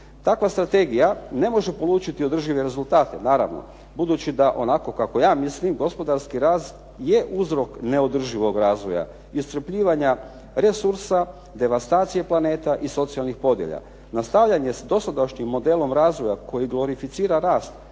Takva strategija ne može polučiti održive rezultate naravno budući da onako kako ja mislim gospodarski rast je uzrok neodrživog razvoja, iscrpljivanja resursa, devastacije planeta i socijalnih podjela. Nastavljanje s dosadašnjim modelom razvoja koji glorificira rast,